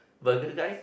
burger guy